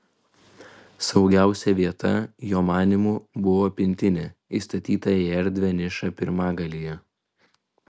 saugiausia vieta jo manymu buvo pintinė įstatyta į erdvią nišą pirmagalyje